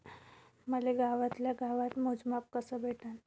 मले गावातल्या गावात मोजमाप कस भेटन?